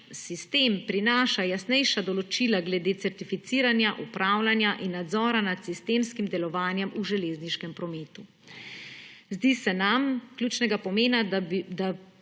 sistem prinaša jasnejša določila glede certificiranja, upravljanja in nadzora nad sistemskim delovanjem v železniškem prometu. Zdi se nam ključnega pomena, da